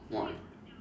why